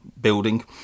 building